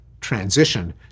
transition